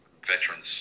veterans